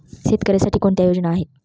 शेतकऱ्यांसाठी कोणत्या योजना आहेत?